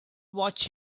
watch